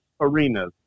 arenas